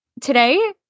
Today